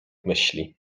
myśli